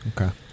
Okay